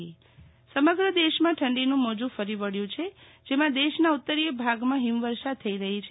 શિતલ વૈશ્નવ હવામાન ઠંડી સમગ્ર દેશમાં ઠંડીનું મોજું ફરી વળ્યું છે જેમાં દેશના ઉત્તરીય ભાગમાં હિમવર્ષા થઇ રહી છે